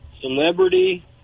Celebrity